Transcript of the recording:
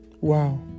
Wow